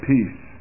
Peace